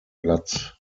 platz